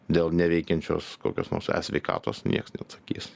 dėl neveikiančios kokios nors e sveikatos nieks neatsakys